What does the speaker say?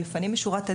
לפנים משורת הדין,